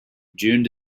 june